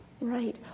Right